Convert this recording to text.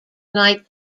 night